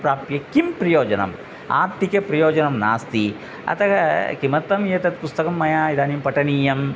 प्राप्य किं प्रयोजनम् आर्थिकप्रयोजनं नास्ति अतः किमर्थम् एतत् पुस्तकं मया इदानीं पठनीयम्